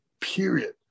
period